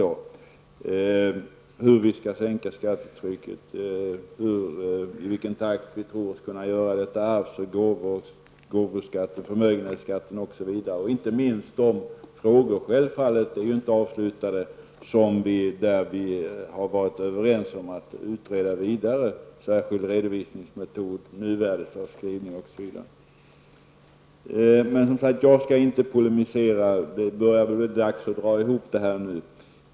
Där avhandlar vi i vilken takt vi tror att vi skall kunna sänka skattetrycket: arvs och gåvoskatterna, förmögenhetsskatten osv. De frågor som vi har varit överens om att utreda vidare är självfallet inte avslutade: särskild redovisningsmetod, nuvärdesavskrivning osv. Men jag skall inte polemisera. Det börjar bli dags att sammanfatta debatten nu.